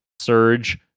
Surge